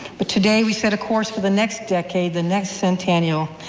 but today we set a course for the next decade, the next centennial.